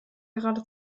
gerade